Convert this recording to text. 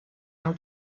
amb